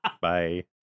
Bye